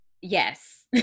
Yes